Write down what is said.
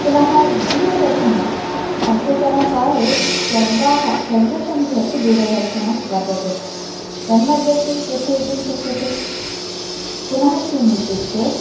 पुनः दूरदर्शनम् अद्यतनकाले सर्वाः सर्वेषां गृहेपि दूरदर्शनं वर्तते तन्मध्येपि प्रचलितुं शक्यते पुनः किम् इत्युक्ते